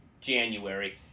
January